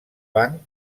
banc